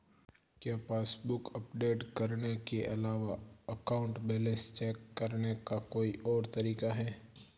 क्या passbook update करने के अलावा अकाउंट बैलेंस चेक करने का कोई और तरीका है?